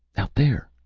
out there.